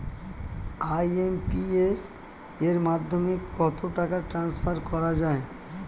IMPS এর মাধ্যমে কত টাকা ট্রান্সফার করা যায়?